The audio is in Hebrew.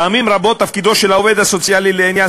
פעמים רבות תפקידו של העובד הסוציאלי לעניין